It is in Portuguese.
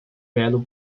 belo